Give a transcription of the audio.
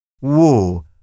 War